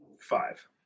Five